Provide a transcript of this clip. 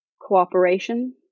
cooperation